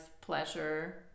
pleasure